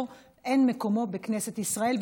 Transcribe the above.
אין מקומו בכנסת ישראל,